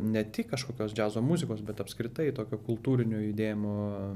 ne tik kažkokios džiazo muzikos bet apskritai tokio kultūrinio judėjimo